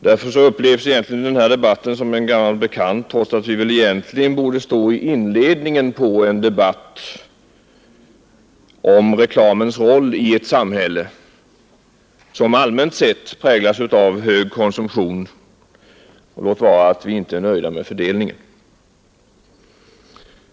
Därför upplevs egentligen den här debatten som en gammal bekant, trots att vi väl egentligen borde stå i inledningen av en debatt om reklamens roll i ett samhälle som allmänt sett präglas av hög konsumtion, låt vara att vi inte är nöjda med fördelningen.